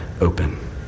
open